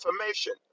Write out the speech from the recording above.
information